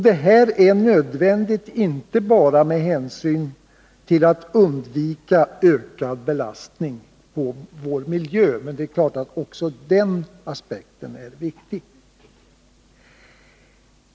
Detta är nödvändigt inte bara med hänsyn till att undvika ökad belastning på vår miljö — men det är klart att också den aspekten är viktig.